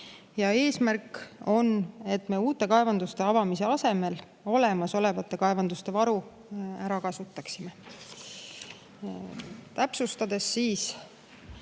eesmärk on, et me uute kaevanduste avamise asemel olemasolevate kaevanduste varu ära kasutaksime. Täpsustan, et